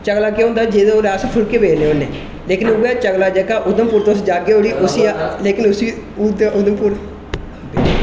चगला केह् होंदा जेह्दे र अस फुल्के बेलने होन्ने लेकिन उ'ऐ चगला जेह्का उधमपुर तुस जाह्गे उठी उसी आखदे लेकिन उसी ओह्